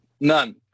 None